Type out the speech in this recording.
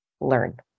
learn